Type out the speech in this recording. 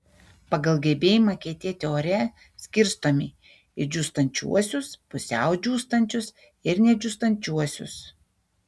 pagal gebėjimą kietėti ore skirstomi į džiūstančiuosius pusiau džiūstančius ir nedžiūstančiuosius